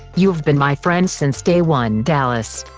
you've been my friend since day one, dallas